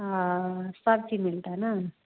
ओ सब चीज़ मिलता है ना